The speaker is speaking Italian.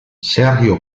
sergio